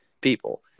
people